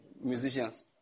musicians